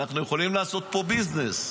אנחנו יכולים לעשות פה ביזנס.